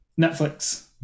Netflix